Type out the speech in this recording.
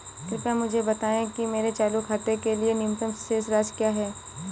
कृपया मुझे बताएं कि मेरे चालू खाते के लिए न्यूनतम शेष राशि क्या है?